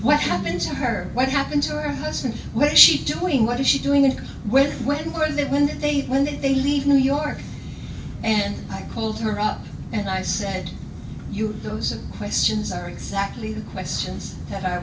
what happens to her what happened to her husband what is she doing what is she doing there where when were they when they when did they leave new york and i called her up and i said you those questions are exactly the questions that i